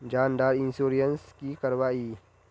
जान डार इंश्योरेंस की करवा ई?